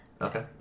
Okay